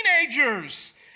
teenagers